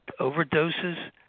overdoses